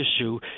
issue